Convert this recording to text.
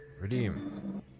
Redeem